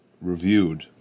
reviewed